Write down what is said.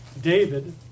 David